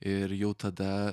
ir jau tada